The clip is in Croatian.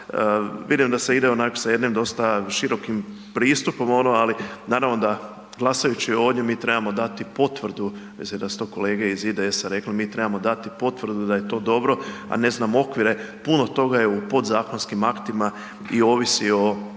Vidim da se ide onako sa jednim dosta širokim pristupom ono ali naravno da glasajući ovdje mi trebamo dati potvrdu, mislim da su to kolege iz IDS-a rekle, mi trebamo dati potporu da je to dobro, a ne znamo okvire, puno toga je u podzakonskim aktima i ovisi o